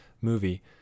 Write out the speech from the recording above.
movie